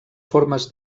formes